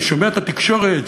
אני שומע את התקשורת,